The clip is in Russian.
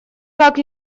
как